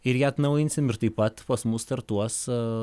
ir ją atnaujinsime ir taip pat pas mus startuos